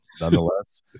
nonetheless